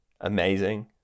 amazing